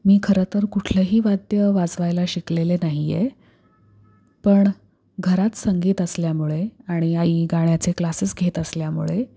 मी खरं तर कुठलंही वाद्य वाजवायला शिकलेले नाही आहे पण घरात संगीत असल्यामुळे आणि आई गाण्याचे क्लासेस घेत असल्यामुळे